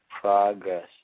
progress